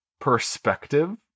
perspective